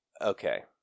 Okay